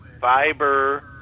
fiber